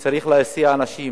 שצריך להסיע אנשים,